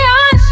on